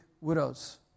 widows